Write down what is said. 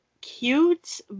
cute